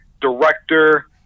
director